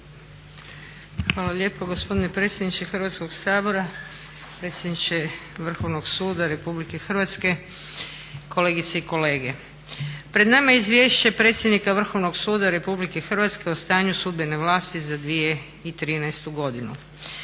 Hvala lijepo gospodine predsjedniče Hrvatskog sabora, predsjedniče Vrhovnog suda Republike Hrvatske, kolegice i kolege. Pred nama je Izvješće predsjednika Vrhovnog suda RH o stanju sudbene vlasti za 2013. godinu.